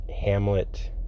Hamlet